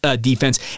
defense